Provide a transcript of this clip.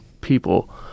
people